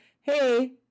hey